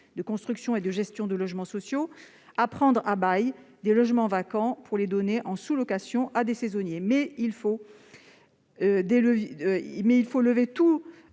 de construction et de gestion de logements sociaux à prendre à bail des logements vacants pour les donner en sous-location à des travailleurs saisonniers. Cependant,